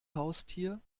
haustier